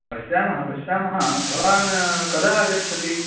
पश्यामः पश्यामः भवान् कदा आगच्छति